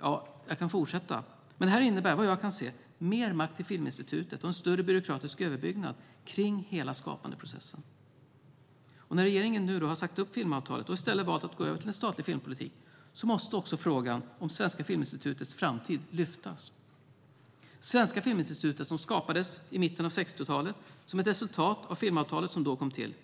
och jag kan fortsätta. Det här innebär, vad jag kan se, mer makt till Filminstitutet och en större byråkratisk överbyggnad kring hela skapandeprocessen. När regeringen nu sagt upp filmavtalet och i stället valt att gå över till en statlig filmpolitik måste också frågan om Svenska Filminstitutets framtid lyftas fram. Svenska Filminstitutet skapades i mitten av 60-talet som ett resultat av filmavtalet som då kom till.